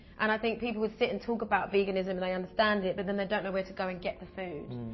and i think people would sit and talk about veganism and they understand it. but then they don't know where to go and get the food.